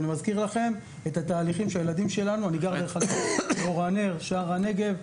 דרך אגב, אני גר באור הנר, שער הנגב,